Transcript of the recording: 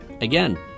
again